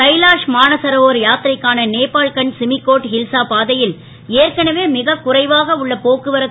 கைலா மானசரோவர் யாத் ரைக்கான நேபாள்கஞ்ச் சிமிகோட் ஹில்சா பாதை ல் ஏற்கனவே மிக குறைவாக உள்ள போக்குவரத்து